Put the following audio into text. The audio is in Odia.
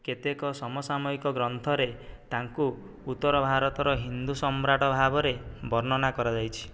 କେତେକ ସମସାମୟିକ ଗ୍ରନ୍ଥରେ ତାଙ୍କୁ ଉତ୍ତର ଭାରତର ହିନ୍ଦୁ ସମ୍ରାଟ ଭାବରେ ବର୍ଣ୍ଣନା କରାଯାଇଛି